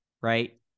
right